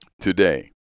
Today